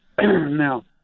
now